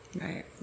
right